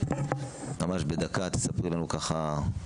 ממש בדקה תספרי לנו ככה.